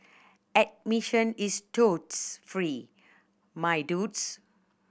admission is totes free my dudes